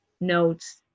notes